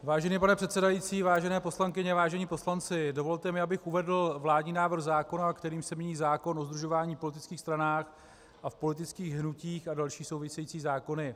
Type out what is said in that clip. Vážený pane předsedající, vážené poslankyně, vážení poslanci, dovolte mi, abych uvedl vládní návrh zákona, kterým se mění zákon o sdružování v politických stranách a v politických hnutích a další související zákony.